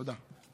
תודה.